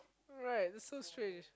right that's so strange